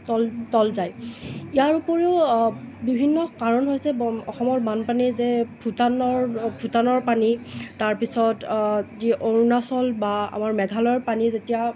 তল তল যায় ইয়াৰ ওপৰিও বিভিন্ন কাৰণ হৈছে অসমৰ বানপানীৰ যে ভূটানৰ ভূটানৰ পানী তাৰপিছত যি অৰুণাচল বা আমাৰ মেঘালয়ৰ পানী যেতিয়া